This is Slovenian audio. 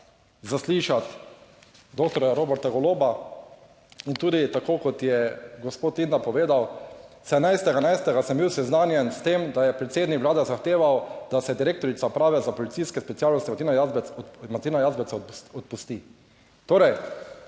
zaslišati, doktorja Roberta Goloba. In tudi tako, kot je gospod / nerazumljivo/ povedal, 17. 11. sem bil seznanjen s tem, da je predsednik Vlade zahteval, da se direktorica Uprave za policijske specialnosti Martina Jazbeca odpusti. Torej,